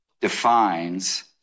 defines